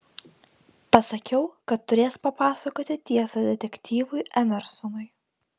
pasakiau kad turės papasakoti tiesą detektyvui emersonui